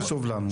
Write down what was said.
זה חשוב לנו.